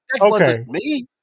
okay